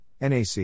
NAC